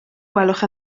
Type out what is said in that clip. gwelwch